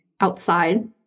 outside